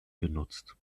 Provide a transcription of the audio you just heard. genutzt